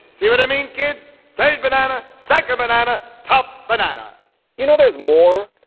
see what i mean? get paid banana. sacher manana top banana you know there's more.